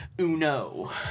uno